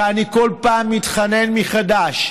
ואני כל פעם מתחנן מחדש.